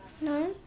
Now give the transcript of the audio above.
No